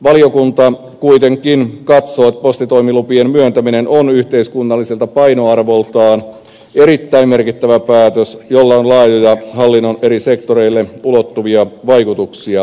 valiokunta kuitenkin katsoo että postitoimilupien myöntäminen on yhteiskunnalliselta painoarvoltaan erittäin merkittävä päätös jolla on laajoja hallinnon eri sektoreille ulottuvia vaikutuksia